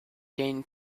gain